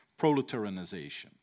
proletarianization